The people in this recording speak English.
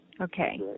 Okay